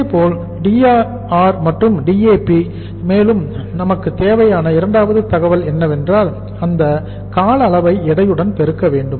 இதேபோல் DAR மற்றும் DAP மேலும் நமக்கு தேவையான இரண்டாவது தகவல் என்னவென்றால் அந்த கால அளவை எடையுடன் பெருக்க வேண்டும்